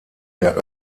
der